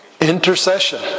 Intercession